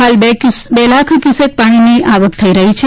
હાલ બે લાખ ક્યુસેક પાણીની આવક થઈ રહી છે